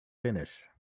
finish